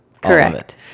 Correct